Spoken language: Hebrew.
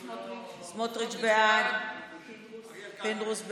סמוטריץ' בעד, פינדרוס,